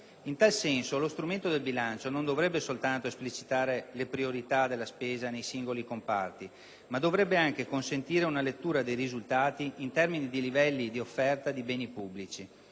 In tal senso, lo strumento del bilancio non dovrebbe soltanto esplicitare le priorità della spesa nei singoli comparti, ma dovrebbe anche consentire una lettura dei risultati in termini di livelli di offerta di beni pubblici.